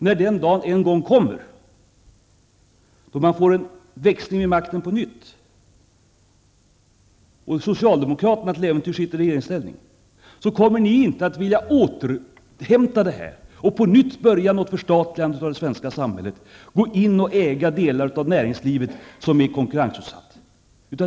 När den dagen en gång kommer då man får en växling vid makten på nytt, och socialdemokraterna till äventyrs sitter i regeringsställning, kommer de inte att vilja återhämta detta och på nytt börja ett förstatligande av det svenska samhället eller gå in och äga delar av näringslivet som är konkurrensutsatt.